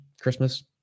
Christmas